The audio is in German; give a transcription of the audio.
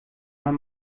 man